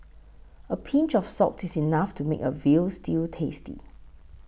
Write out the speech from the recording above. a pinch of salt is enough to make a Veal Stew tasty